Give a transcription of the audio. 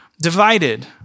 divided